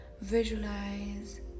visualize